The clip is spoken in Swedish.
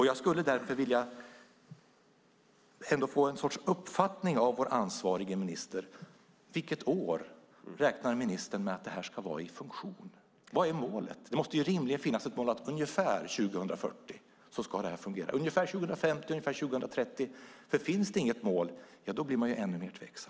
Jag skulle därför vilja fråga om vår ansvarige minister har någon sorts uppfattning om vilket år som han räknar med att detta ska vara i funktion. Vad är målet? Det måste rimligen finnas ett mål att detta ska fungera ungefär 2030, 2040 eller 2050. Finns det inget mål blir man ännu mer tveksam.